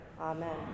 Amen